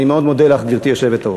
אני מאוד מודה לך, גברתי היושבת-ראש.